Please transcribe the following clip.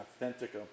authentic